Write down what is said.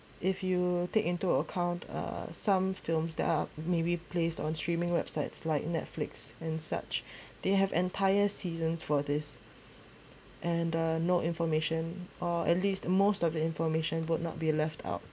if you take into account uh some films that are maybe placed on streaming websites like Netflix and such they have entire seasons for this and uh no information or at least most of information would not be left out